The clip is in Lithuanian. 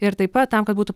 ir taip pat tam kad būtų